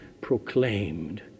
proclaimed